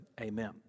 Amen